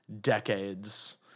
decades